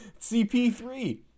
CP3